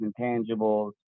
intangibles